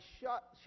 shut